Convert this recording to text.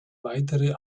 weitere